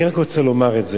אני רק רוצה לומר את זה.